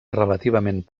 relativament